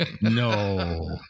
No